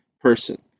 person